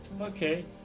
Okay